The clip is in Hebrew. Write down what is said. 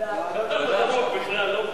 הסביבה נתקבלה.